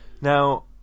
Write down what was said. now